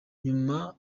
nyuma